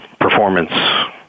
performance